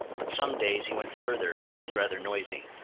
but some days he went further, and was rather noisy.